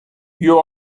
you